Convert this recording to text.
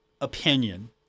opinion